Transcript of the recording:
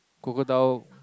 crocodile